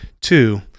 two